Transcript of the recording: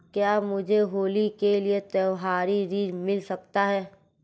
क्या मुझे होली के लिए त्यौहारी ऋण मिल सकता है?